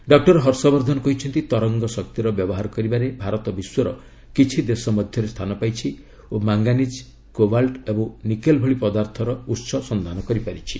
doctor Harshvardhan କହିଛନ୍ତି ତରଙ୍ଗ ଶକ୍ତିର ବ୍ୟବହାର କରିବାରେ ଭାରତ ବିଶ୍ୱର କିଛି ଦେଶ ମଧ୍ୟରେ ସ୍ଥାନ ପାଇଛି ଓ ମାଙ୍ଗାନିଜ୍ କୋବାଲ୍ଟ୍ ଏବଂ ନିକେଲ୍ ଭଳି ପଦାର୍ଥର ଉତ୍ସ ସନ୍ଧାନ କରିପାରିଛି